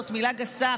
זאת מילה גסה,